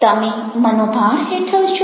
તમે મનોભાર હેઠળ છો